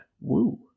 Woo